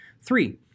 three